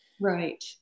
right